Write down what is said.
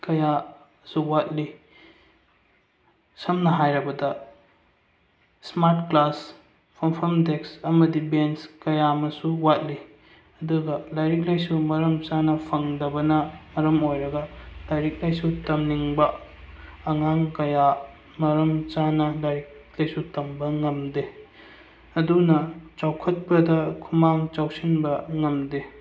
ꯀꯌꯥꯁꯨ ꯋꯥꯠꯂꯤ ꯁꯝꯅ ꯍꯥꯏꯔꯕꯗ ꯁ꯭ꯃꯥꯔꯠ ꯀ꯭ꯂꯥꯁ ꯐꯪꯐꯝ ꯗꯦꯛꯁ ꯑꯃꯗꯤ ꯕꯦꯟꯁ ꯀꯌꯥ ꯑꯃꯁꯨ ꯋꯥꯠꯂꯤ ꯑꯗꯨꯒ ꯂꯥꯏꯔꯤꯛ ꯂꯥꯏꯁꯨ ꯃꯔꯝ ꯆꯥꯅ ꯐꯪꯗꯕꯅ ꯃꯔꯝ ꯑꯣꯏꯔꯒ ꯂꯥꯏꯔꯤꯛ ꯂꯥꯏꯁꯨ ꯇꯝꯅꯤꯡꯕ ꯑꯉꯥꯡ ꯀꯌꯥ ꯃꯔꯝ ꯆꯥꯅ ꯂꯥꯏꯔꯤꯛ ꯂꯥꯏꯁꯨ ꯇꯝꯕ ꯉꯝꯗꯦ ꯑꯗꯨꯅ ꯆꯥꯎꯈꯠꯄꯗ ꯈꯨꯃꯥꯡ ꯆꯥꯎꯁꯤꯟꯕ ꯉꯝꯗꯦ